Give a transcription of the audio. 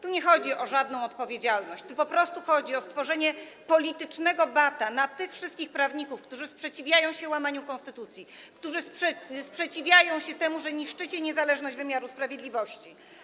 Tu nie chodzi o żadną odpowiedzialność, tu po prostu chodzi o stworzenie politycznego bata na tych wszystkich prawników, którzy sprzeciwiają się łamaniu konstytucji, którzy sprzeciwiają się temu, że niszczycie niezależność wymiaru sprawiedliwości.